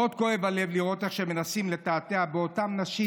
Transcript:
מאוד כואב הלב לראות איך שהם מנסים לתעתע באותן נשים.